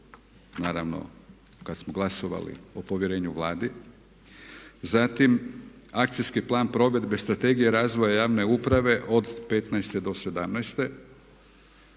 naravno kad smo glasovali o povjerenju Vladi, zatim akcijski plan provedbe Strategije razvoja javne uprave od petnaeste